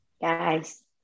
Guys